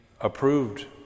approved